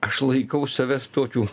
aš laikau save tokiu